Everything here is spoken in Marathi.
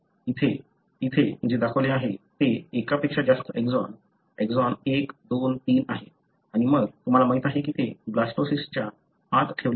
येथे येथे जे दाखवले आहे ते एकापेक्षा जास्त एक्सॉन एक्सॉन 1 2 3 आहे आणि मग तुम्हाला माहित आहे की ते ब्लास्टोसिस्टच्या आत ठेवले आहे